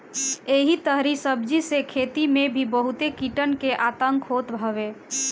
एही तरही सब्जी के खेती में भी बहुते कीटन के आतंक होत हवे